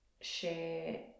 share